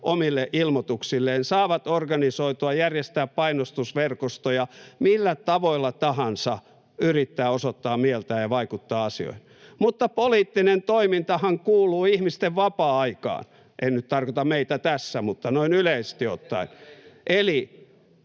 omille ilmoituksilleen, saavat organisoitua ja järjestää painostusverkostoja — millä tavoilla tahansa osoittaa mieltään ja yrittää vaikuttaa asioihin. Mutta poliittinen toimintahan kuuluu ihmisten vapaa-aikaan — en nyt tarkoita meitä tässä, mutta noin yleisesti ottaen. Eli